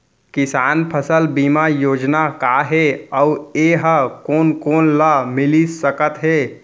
किसान फसल बीमा योजना का हे अऊ ए हा कोन कोन ला मिलिस सकत हे?